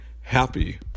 happy